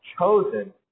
chosen